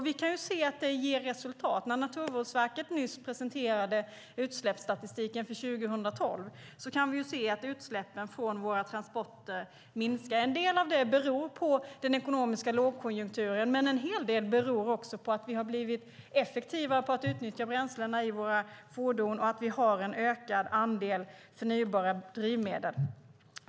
Vi kan se att det ger resultat. När Naturvårdsverket nyss presenterade utsläppsstatistiken för 2012 kunde vi se att utsläppen från våra transporter minskar. En del av det beror på den ekonomiska lågkonjunkturen, men en hel del beror också på att vi har blivit effektivare på att utnyttja bränslena i våra fordon och på att vi har en ökad andel förnybara drivmedel.